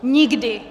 Nikdy!